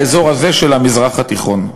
באזור הזה של המזרח התיכון.